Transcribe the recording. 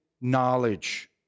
knowledge